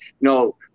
no